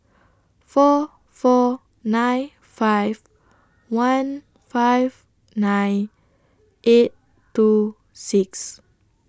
four four nine five one five nine eight two six